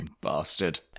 Bastard